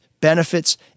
benefits